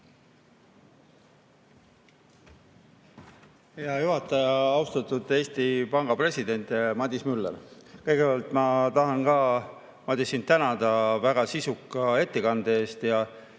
Hea juhataja! Austatud Eesti Panga president Madis Müller! Kõigepealt ma tahan, Madis, sind tänada väga sisuka ettekande eest.